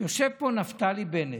יושב פה נפתלי בנט,